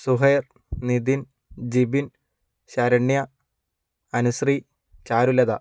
Zubair Nithin Jibin Saranya Anusree Charulata